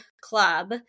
club